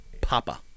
papa